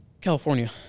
California